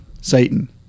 Satan